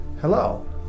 Hello